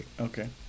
Okay